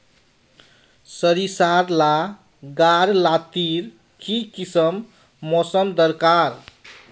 सरिसार ला गार लात्तिर की किसम मौसम दरकार?